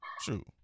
True